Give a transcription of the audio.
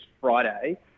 Friday